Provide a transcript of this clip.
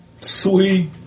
Sweet